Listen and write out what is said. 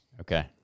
Okay